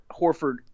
Horford